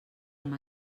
amb